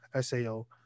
SAO